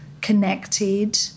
connected